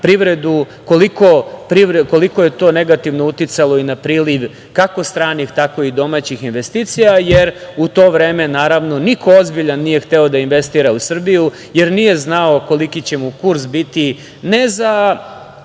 privredu, koliko je to negativno uticalo i na priliv kako stranih, tako i domaćih investicija, jer u to vreme niko ozbiljan nije hteo da investira u Srbiju, jer nije znao koliki će mu kurs biti ne za